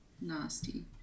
Nasty